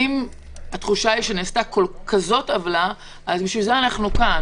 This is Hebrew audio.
והתחושה שנעשה עוולה גדולה, ובשביל זה אנחנו כאן.